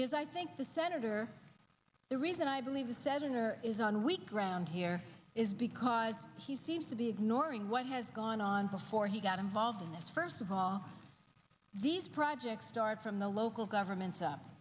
because i think the senator the reason i believe the seven are is on week ground here is because he seems to be ignoring what has gone on before he got involved in this first of all these projects start from the local governments up